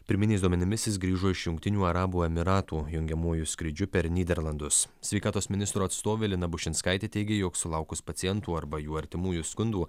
pirminiais duomenimis jis grįžo iš jungtinių arabų emyratų jungiamuoju skrydžiu per nyderlandus sveikatos ministro atstovė lina bušinskaitė teigė jog sulaukus pacientų arba jų artimųjų skundų